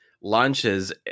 launches